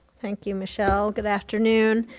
thank you, michelle, good afternoon.